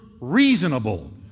reasonable